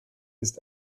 ist